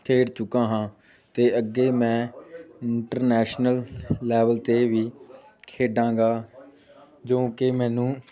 ਖੇਡ ਚੁੱਕਾ ਹਾਂ ਅਤੇ ਅੱਗੇ ਮੈਂ ਇੰਟਰਨੈਸ਼ਨਲ ਲੈਵਲ 'ਤੇ ਵੀ ਖੇਡਾਂਗਾ ਜੋ ਕਿ ਮੈਨੂੰ